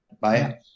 Bye